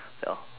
so